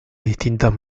distintas